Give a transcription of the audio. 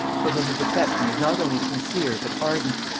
for whom his affection was not only sincere but ardent.